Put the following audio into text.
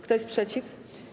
Kto jest przeciw?